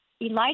Elijah